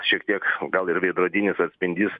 šiek tiek gal ir veidrodinis atspindys